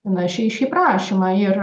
na šį šį prašymą ir